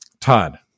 Todd